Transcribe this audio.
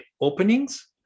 openings